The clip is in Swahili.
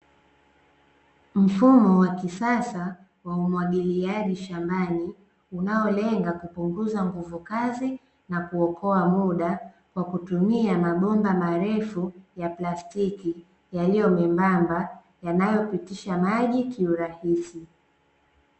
Mfumo wa kisasa wa umwagiliaji shambani unaolenga kupunguza nguvu kazi na kuokoa muda kwa kutumia maomba marefu ya plastiki yaliyo membamba yanayopitisha maji kiurahisi.